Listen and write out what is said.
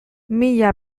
mila